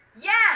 Yes